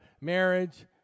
marriage